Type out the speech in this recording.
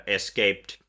escaped